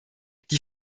die